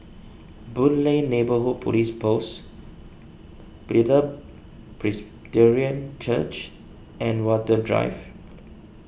Boon Lay Neighbourhood Police Post Bethel Church and Watten Drive